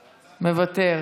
מוותר,